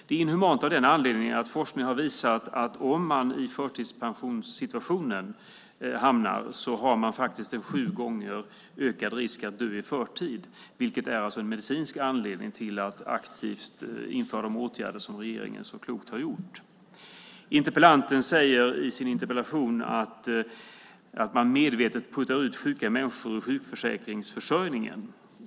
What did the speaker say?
Det är inhumant av den anledningen att forskningen har visat att om man blir förtidspensionerad löper man sju gånger större risk att dö i förtid. Det är en medicinsk anledning till att aktivt införa de åtgärder som regeringen så klokt har gjort. Interpellanten säger i sin interpellation att man medvetet puttar ut sjuka människor ur sjukförsäkringsförsörjningen.